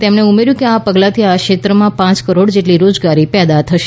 તેમણે ઉમેર્યું કે આ પગલાંથી આ ક્ષેત્રમાં પાંચ કરોડ જેટલી રોજગારી પેદા થશે